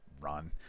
run